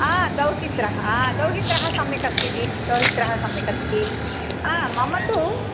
हा दौहित्रः हा दौहित्रः सम्यक् अस्ति जि दौहित्रः सम्यक् अस्ति हा मम तु